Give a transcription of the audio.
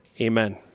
Amen